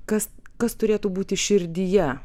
kas kas turėtų būti širdyje